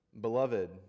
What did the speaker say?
Beloved